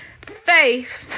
faith